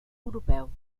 europeu